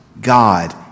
God